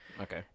Okay